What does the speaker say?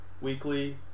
Weekly